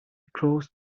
crossed